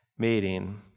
Meeting